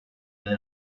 than